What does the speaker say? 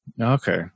Okay